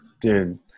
dude